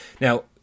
Now